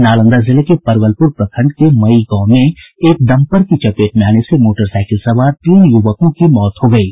नालंदा जिले के परवलपुर प्रखंड के मई गांव में एक डम्पर की चपेट में आने से मोटरसाईकिल सवार तीन युवकों की मौत हो गयी